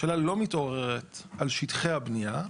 השאלה לא מתעוררת על שטחי הבנייה,